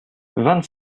vingt